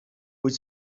wyt